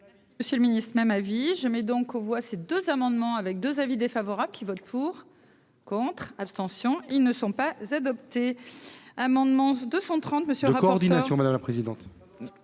Monsieur le Ministre, même avis je mets donc aux voix ces deux amendements avec 2 avis défavorables qui vote pour. Contre, abstention, ils ne sont pas Z opter amendement 230 monsieur Raoult, coordination, madame la présidente,